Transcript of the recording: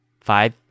five